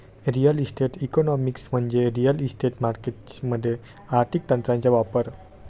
real estate economics म्हणजे real estate markets मध्ये आर्थिक तंत्रांचा वापर